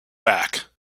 back